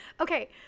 Okay